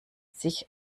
sich